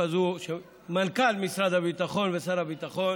מנכ"ל משרד הביטחון ושר הביטחון